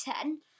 ten